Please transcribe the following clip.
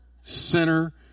sinner